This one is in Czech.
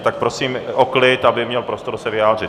Tak prosím o klid, aby měl prostor se vyjádřit.